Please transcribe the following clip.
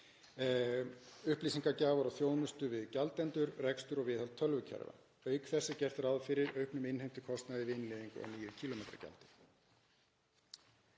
upplýsingagjafar og þjónustu við gjaldendur, rekstur og viðhald tölvukerfa o.fl. Auk þess er gert ráð fyrir auknum innheimtukostnaði við innleiðingu á nýju kílómetragjaldi.